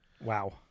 Wow